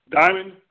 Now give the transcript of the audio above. Diamond